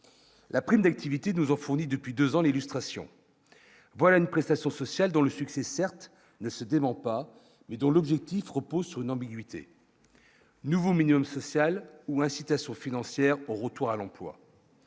la prime d'activité nous fourni depuis 2 ans, l'illustration, voilà une prestation sociale dans le succès, certes, ne se dément pas mais dont l'objectif repose sur une ambiguïté. Nouveau Millenium sociale ou incitation financière pour retour à l'emploi.